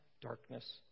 darkness